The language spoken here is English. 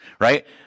right